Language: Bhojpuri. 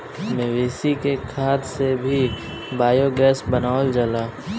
मवेशी के खाद से भी बायोगैस बनावल जाला